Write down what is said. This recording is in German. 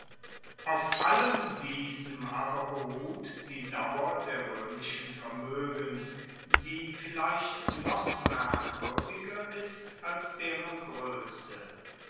auf allem diesem aber beruht die dauer der roemischen vermoegen die vielleicht noch merkwuerdiger ist als deren groesse